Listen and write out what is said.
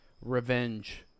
revenge